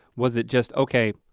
was it just okay,